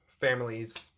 families